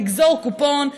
לגזור קופון,